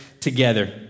together